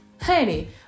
honey